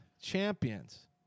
champions